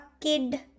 kid